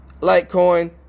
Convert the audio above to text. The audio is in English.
Litecoin